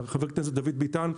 גם חה"כ דוד ביטן,